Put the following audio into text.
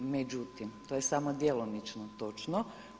Međutim, to je samo djelomično točno.